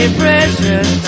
precious